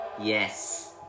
Yes